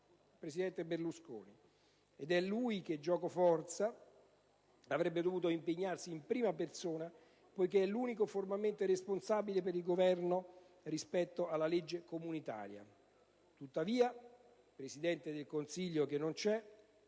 il presidente Berlusconi, ed è lui che, gioco forza, avrebbe dovuto impegnarsi in prima persona, poiché è l'unico formalmente responsabile per il Governo rispetto alla legge comunitaria. Tuttavia il "Presidente del Consiglio che non c'è"